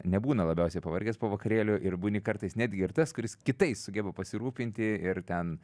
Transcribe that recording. nebūna labiausiai pavargęs po vakarėlių ir būni kartais netgi ir tas kuris kitais sugeba pasirūpinti ir ten